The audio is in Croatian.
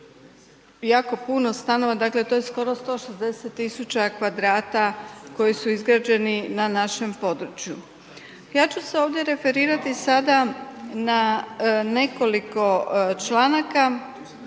jako puno stanova, dakle to je skoro 160 tisuća kvadrata koji su izgrađeni na našem području. Ja ću se ovdje referirati sada na nekoliko članaka